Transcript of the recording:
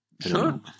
Sure